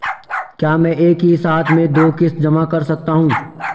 क्या मैं एक ही साथ में दो किश्त जमा कर सकता हूँ?